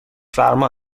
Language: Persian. فرما